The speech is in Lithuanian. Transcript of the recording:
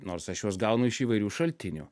nors aš juos gaunu iš įvairių šaltinių